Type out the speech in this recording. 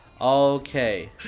Okay